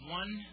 one